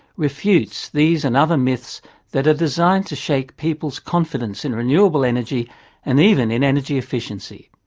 refutes these and other myths that are designed to shake people's confidence in renewable energy and even in energy efficiency.